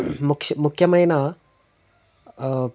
ముఖ్య ముఖ్యమైన